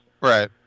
Right